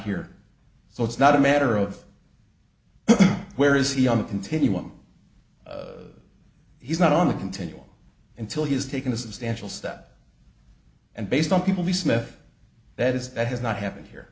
here so it's not a matter of where is he on the continuum he's not on the continual until he has taken a substantial step and based on people the smith that is that has not happened here